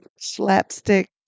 slapstick